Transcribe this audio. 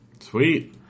Sweet